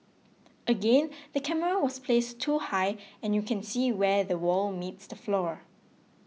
again the camera was placed too high and you can see where the wall meets the floor